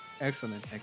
Excellent